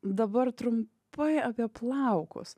dabar trumpai apie plaukus